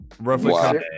Roughly